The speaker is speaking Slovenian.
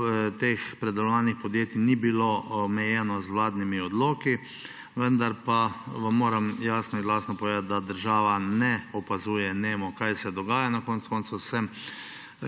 teh predelovalnih podjetij ni bilo omejeno z vladnimi odloki, vendar pa vam moram jasno in glasno povedati, da država ne opazuje nemo, kaj se dogaja. Konec koncev sem